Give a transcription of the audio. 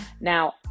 Now